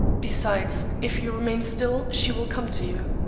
besides, if you remain still she will come to you.